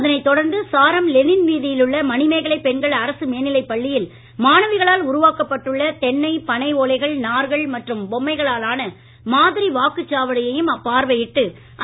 அதனைத் தொடர்ந்து சாரம் லெனின் வீதியில் உள்ள மணிமேகலை பெண்கள் அரசு மேனிலைப் பள்ளியில் மாணவிகளால் உருவாக்கப்பட்டுள்ள தென்னை பனை ஓலைகள் நார்கள் மற்றும் பொம்மைகளால் ஆன மாதிரி வாக்குச் சாவடியையும் பார்வையிட்டார்